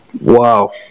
Wow